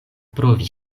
provi